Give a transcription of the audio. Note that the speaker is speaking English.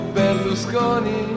berlusconi